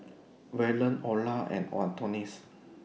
Waylon Orah and Adonis